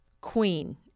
queen